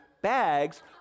bags